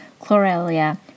chlorelia